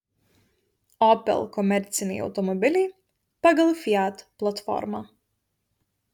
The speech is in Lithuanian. opel komerciniai automobiliai pagal fiat platformą